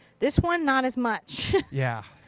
this one. not as much. yeah.